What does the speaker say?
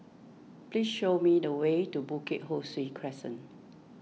please show me the way to Bukit Ho Swee Crescent